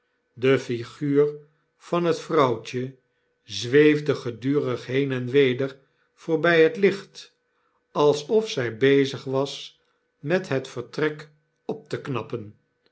de figuur van het vrouwtje zweefde gedurig heen en weder voorbg het licht alsof zij bezig was met het vertrek op te knappen